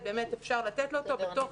החינוך